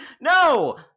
No